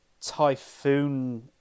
Typhoon